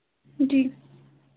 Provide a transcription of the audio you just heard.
जी